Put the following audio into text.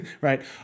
right